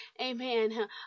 amen